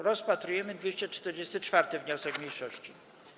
Rozpatrujemy 244. wniosek mniejszości.